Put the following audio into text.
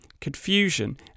confusion